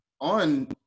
on